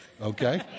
okay